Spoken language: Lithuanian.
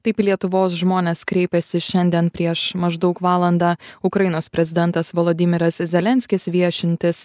taip į lietuvos žmones kreipėsi šiandien prieš maždaug valandą ukrainos prezidentas volodimiras zelenskis viešintis